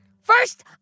First